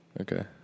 Okay